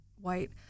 white